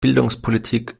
bildungspolitik